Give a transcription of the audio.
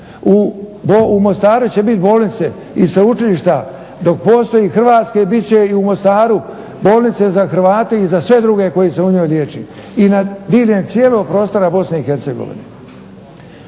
U Mostaru će biti bolnice i sveučilišta dok postoji Hrvatske i bit će i u Mostaru bolnice za Hrvate i za sve druge koji se u njoj liječe i diljem cijelog prostora BiH.